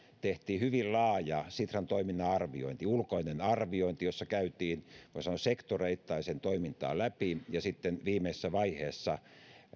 tehtiin hyvin laaja sitran toiminnan arviointi ulkoinen arviointi jossa käytiin voi sanoa sektoreittain sen toimintaa läpi ja sitten viimeisessä vaiheessa